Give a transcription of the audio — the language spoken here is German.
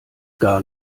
gar